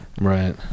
Right